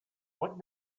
what